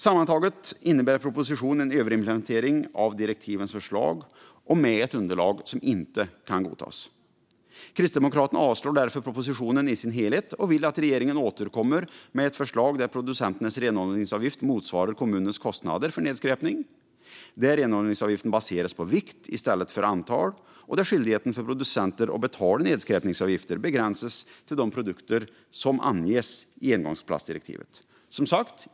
Sammantaget innebär propositionen en överimplementering av direktivens förslag och med ett underlag som inte kan godtas. Kristdemokraterna avslår därför propositionen i sin helhet och vill att regeringen återkommer med ett förslag där producenternas renhållningsavgift motsvarar kommunernas kostnader för nedskräpning, där renhållningsavgiften baseras på vikt i stället för antal och där skyldigheten för producenter att betala nedskräpningsavgifter begränsas till de produkter som anges i engångsplastdirektivet.